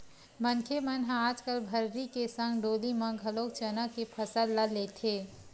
मनखे मन ह आजकल भर्री के संग डोली म घलोक चना के फसल ल लेथे